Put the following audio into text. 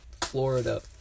Florida